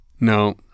No